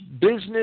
business